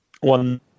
one